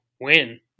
win